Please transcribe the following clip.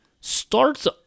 Starts